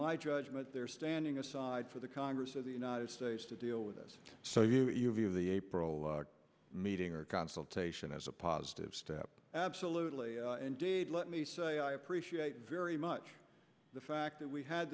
my judgment there standing aside for the congress of the united states to deal with this so you you view the april meeting or consultation as a positive step absolutely indeed let me say i appreciate very much the fact that we had